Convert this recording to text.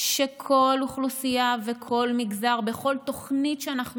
שכל אוכלוסייה וכל מגזר בכל תוכנית שאנחנו